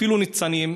אפילו ניצנים,